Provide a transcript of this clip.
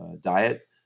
diet